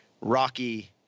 Rocky